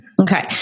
Okay